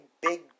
big